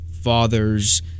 father's